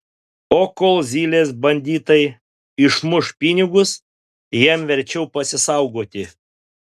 o kol zylės banditai išmuš pinigus jam verčiau pasisaugoti